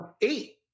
eight